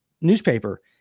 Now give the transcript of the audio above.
newspaper